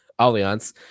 alliance